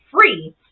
free